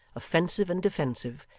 offensive and defensive,